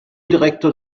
direktor